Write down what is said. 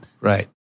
Right